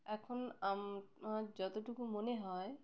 এখন আমার যতটুকু মনে হয়